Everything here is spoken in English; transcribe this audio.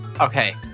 Okay